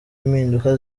impinduka